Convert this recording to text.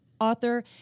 author